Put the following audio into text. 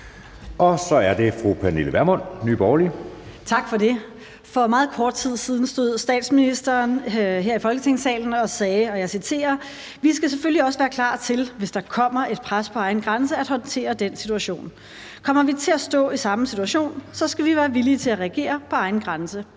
Kl. 14:43 Pernille Vermund (NB): Tak for det. For meget kort tid siden stod statsministeren her i Folketingssalen og sagde: »Vi skal selvfølgelig også være klar til, hvis der kommer et pres på egen grænse, at håndtere den situation ... Kommer vi til at stå i samme situation, skal vi være villige til at reagere på egen grænse